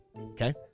okay